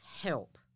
help